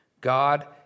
God